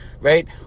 Right